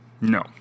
No